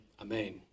Amen